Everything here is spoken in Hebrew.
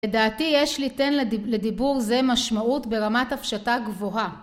לדעתי יש ליתן לדיבור זה משמעות ברמת הפשטה גבוהה